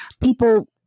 people